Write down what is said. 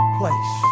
place